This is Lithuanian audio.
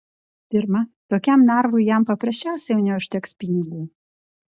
pirma tokiam narvui jam paprasčiausiai neužteks pinigų